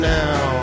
now